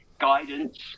guidance